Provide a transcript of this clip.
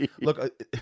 look